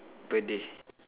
per day